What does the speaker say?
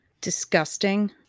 disgusting